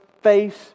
face